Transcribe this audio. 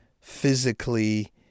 physically